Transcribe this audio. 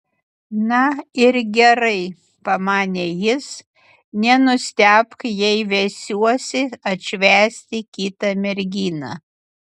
na ir gerai pamanė jis nenustebk jei vesiuosi atšvęsti kitą merginą